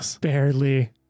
barely